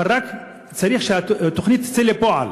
אבל רק צריך שהתוכנית תצא לפועל.